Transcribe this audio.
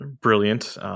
brilliant